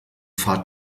fahrt